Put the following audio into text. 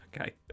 Okay